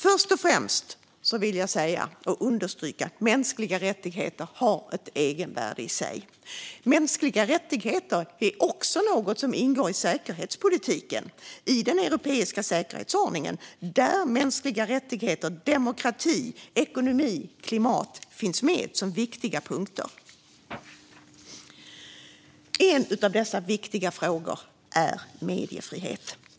Först och främst vill jag säga och understryka att mänskliga rättigheter har ett egenvärde i sig. Mänskliga rättigheter är också något som ingår i säkerhetspolitiken. I den europeiska säkerhetsordningen finns mänskliga rättigheter, demokrati, ekonomi och klimat med som viktiga punkter. En av dessa viktiga frågor är mediefrihet.